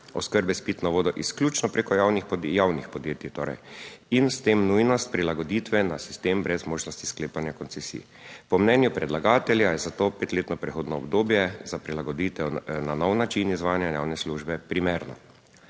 oskrbe s pitno vodo izključno preko javnih podjetij torej in s tem nujnost prilagoditve na sistem brez možnosti sklepanja koncesij. Po mnenju predlagatelja je za to petletno prehodno obdobje za prilagoditev na nov način izvajanja javne službe primerno.